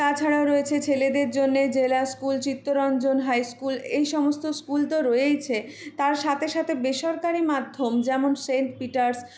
তাছাড়াও রয়েছে ছেলেদের জন্যে জেলার স্কুল চিত্তরঞ্জন হাইস্কুল এই সমস্ত স্কুল তো রয়েইছে তার সাথে সাথে বেসরকারি মাধ্যম যেমন সেন্ট পিটার্স